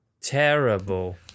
Terrible